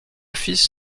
fils